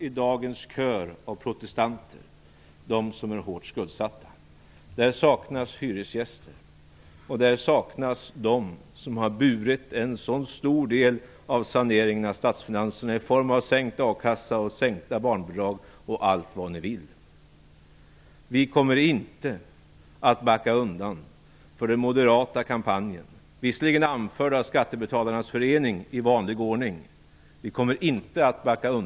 I dagens kör av protestanter saknas de som är hårt skuldsatta. Där saknas hyresgäster, och där saknas de som har burit en så stor del av saneringen av statsfinanserna i form av sänkt a-kassa, sänkta barnbidrag m.m. Vi kommer inte att backa undan för den moderata kampanjen, i vanlig ordning anförd av skattebetalarnas förening.